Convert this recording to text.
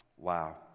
Wow